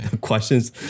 Questions